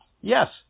Yes